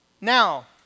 Now